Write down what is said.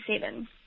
seven